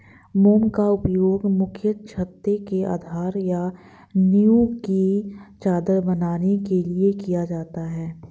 मोम का उपयोग मुख्यतः छत्ते के आधार या नीव की चादर बनाने के लिए किया जाता है